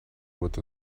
with